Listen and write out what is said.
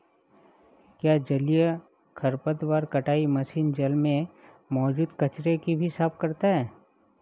क्या जलीय खरपतवार कटाई मशीन जल में मौजूद कचरे को भी साफ करता है?